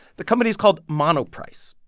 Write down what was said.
the company is called monoprice.